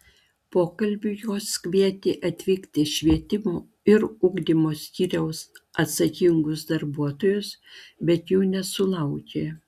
pokalbiui jos kvietė atvykti švietimo ir ugdymo skyriaus atsakingus darbuotojus bet jų nesulaukė